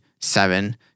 seven